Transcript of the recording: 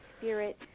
spirit